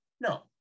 No